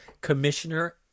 commissioner